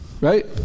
Right